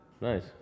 Nice